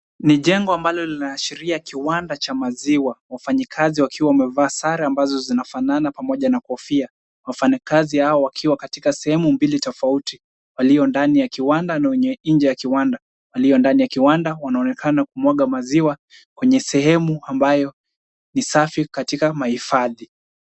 Ni jengo ambalo linaashiria kiwanda cha maziwa. Wafanyikazi wakiwa wamevaa sare ambazo zinafanana pamoja na kofia. Wafanyikazi hawa wakiwa katika sehemu mbili tofauti. Walio ndani ya kiwanda na wenye nje ya kiwanda. Walio ndani ya kiwanda wanaonekana kumwaga maziwa kwenye sehemu ambayo ni safi katika mahifadhi.